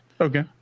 Okay